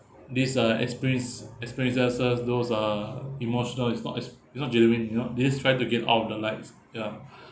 these are expressed experiences those uh emotional it's not it's it's not genuine you know they just tried to get all of the lights ya